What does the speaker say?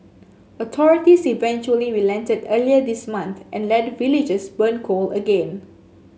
authorities eventually relented earlier this month and let villagers burn coal again